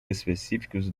específicos